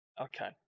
Okay